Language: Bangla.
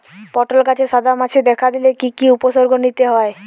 পটল গাছে সাদা মাছি দেখা দিলে কি কি উপসর্গ নিতে হয়?